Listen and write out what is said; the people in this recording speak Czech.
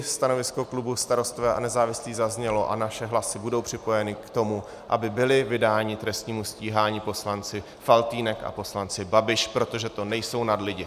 Stanovisko klubu Starostové a nezávislí zaznělo a naše hlasy budou připojeny k tomu, aby byli vydáni k trestnímu stíhání poslanec Faltýnek a poslanec Babiš, protože to nejsou nadlidi.